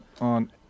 on